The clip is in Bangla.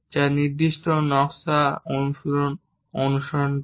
যা নির্দিষ্ট নকশা অনুশীলন অনুসরণ করে